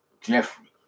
Jeffrey